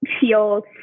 feel